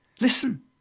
Listen